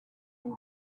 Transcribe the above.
sun